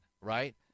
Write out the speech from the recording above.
right